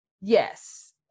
yes